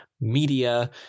media